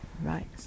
Right